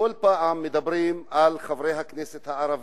שכל פעם מדברים על חברי הכנסת הערבים,